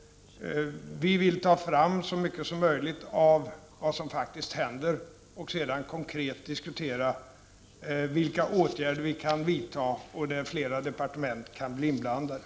Vi vill ta fram så mycket information som möjligt om vad som faktiskt händer, för att sedan konkret diskutera vilka åtgärder vi kan vidta. Här kan flera departement bli inblandade.